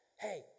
Hey